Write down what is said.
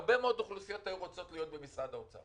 הרבה מאוד אוכלוסיות היו רוצות להיות במשרד האוצר